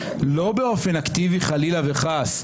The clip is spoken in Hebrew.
לא באופן אקטיבי חלילה וחס,